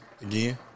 again